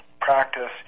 practice